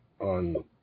on